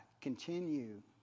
continue